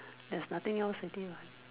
there's nothing else already what